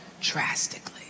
drastically